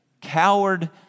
Coward